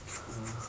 !hannor!